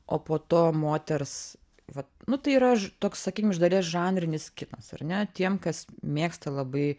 o po to moters vat nu tai yra toks sakykim iš dalies žanrinis kinas ar ne tiem kas mėgsta labai